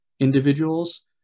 individuals